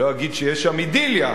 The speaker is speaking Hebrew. אני לא אגיד שיש שם אידיליה,